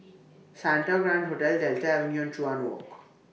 Santa Grand Hotel Delta Avenue and Chuan Walk